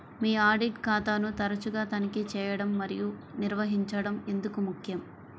మీ audit ఖాతాను తరచుగా తనిఖీ చేయడం మరియు నిర్వహించడం ఎందుకు ముఖ్యం?